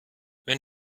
wenn